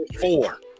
four